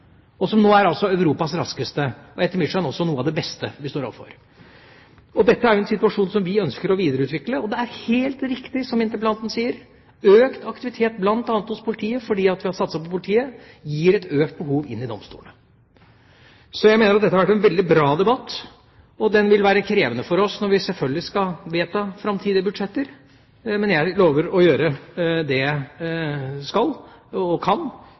og som nå altså er Europas raskeste, og etter mitt skjønn også noe av det beste vi står overfor. Dette er jo en situasjon som vi ønsker å videreutvikle, og det er helt riktig som interpellanten sier: Økt aktivitet bl.a. hos politiet, fordi vi har satset på politiet, gir et økt behov inn i domstolene. Så jeg mener at dette har vært en veldig bra debatt, og den vil selvfølgelig være krevende for oss når vi skal vedta framtidige budsjetter, men jeg lover å gjøre det jeg skal og kan,